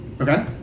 Okay